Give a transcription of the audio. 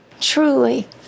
Truly